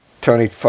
Tony